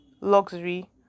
luxury